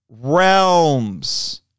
realms